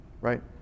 right